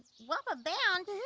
wubber bounce?